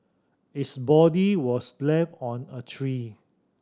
its body was left on a tree